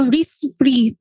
Risk-free